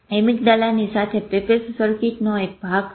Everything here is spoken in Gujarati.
એમીગડાલાની સાથે પેપેઝ સર્કિટનો એક ભાગ છે